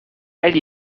elle